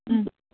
ও